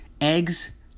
Eggs